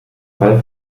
fall